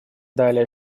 далее